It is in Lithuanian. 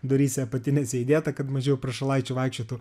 duryse apatinėse įdėta kad mažiau prašalaičių vaikščiotų